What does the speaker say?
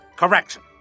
Correction